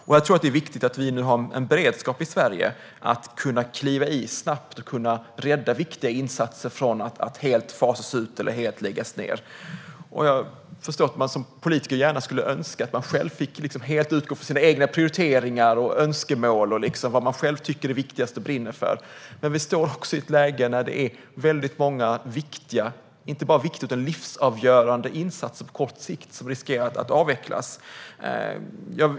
Det är viktigt att vi nu har en beredskap i Sverige att kunna kliva in snabbt och kunna rädda viktiga insatser från att helt fasas ut eller helt läggas ned. Man skulle som politiker gärna önska att man helt fick utgå från sina egna prioriteringar, önskemål och vad man själv tycker är viktigast och brinner för. Vi står i ett läge där det är många inte bara viktiga utan livsavgörande insatser på kort sikt som riskerar att avvecklas.